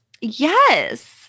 Yes